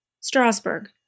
Strasbourg